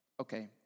Okay